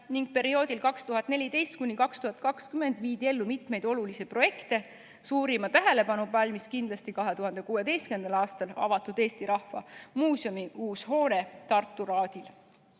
ning perioodil 2014–2020 viidi ellu mitmeid olulisi projekte. Suurima tähelepanu pälvis kindlasti 2016. aastal avatud Eesti Rahva Muuseumi uus hoone Tartus Raadil.